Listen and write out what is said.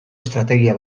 estrategia